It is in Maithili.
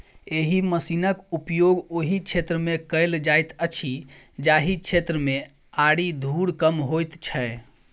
एहि मशीनक उपयोग ओहि क्षेत्र मे कयल जाइत अछि जाहि क्षेत्र मे आरि धूर कम होइत छै